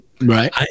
right